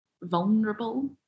vulnerable